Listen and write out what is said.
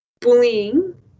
bullying